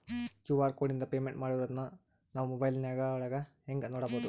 QR ಕೋಡಿಂದ payment ಮಾಡಿರೋದನ್ನ ನಾವು ಮೊಬೈಲಿನೊಳಗ ಹೆಂಗ ನೋಡಬಹುದು?